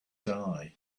die